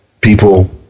people